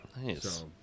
Nice